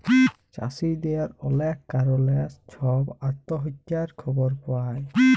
চাষীদের অলেক কারলে ছব আত্যহত্যার খবর পায়